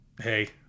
hey